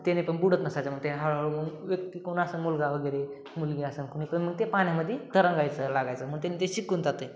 त्याने पण बुडत नसायचं मग ते हळ हळू मग व्यक्ती कोण असेल मुलगा वगैरे मुलगी असं कोणी पण मग ते पाण्यामध्ये तरंगायचं लागायचं मग त्यांनी ते शिकून जाते